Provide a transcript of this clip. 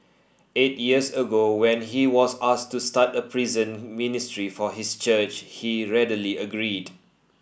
eight years ago when he was asked to start a prison ministry for his church he readily agreed